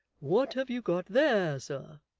what have you got there, sir